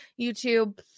YouTube